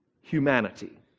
humanity